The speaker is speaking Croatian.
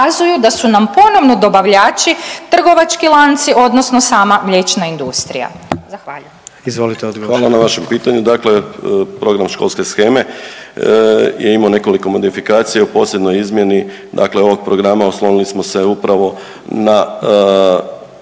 da su nam ponovno dobavljači trgovački lanci, odnosno sama mliječna industrija. Zahvaljujem. **Jandroković, Gordan (HDZ)** Izvolite odgovor. **Majdak, Tugomir** Hvala na vašem pitanju. Dakle, program školske sheme je imao nekoliko modifikacija u posebnoj izmjeni, dakle ovog programa oslonili smo se upravo na